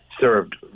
served